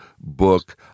book